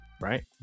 right